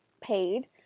paid